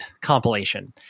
compilation